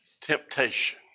temptation